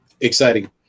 exciting